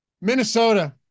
Minnesota